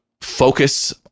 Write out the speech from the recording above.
focus